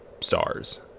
stars